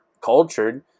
cultured